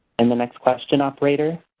and the next question, operator?